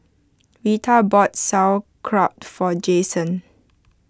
Rita bought Sauerkraut for Jayson